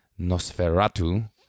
Nosferatu